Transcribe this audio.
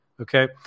Okay